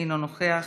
אינו נוכח,